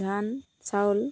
ধান চাউল